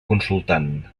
consultant